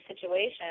situation